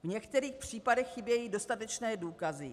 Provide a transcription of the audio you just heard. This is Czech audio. V některých případech chybějí dostatečné důkazy.